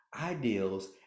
ideals